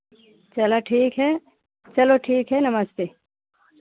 चलो ठीक है चलो ठीक है नमस्ते